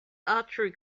archery